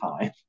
time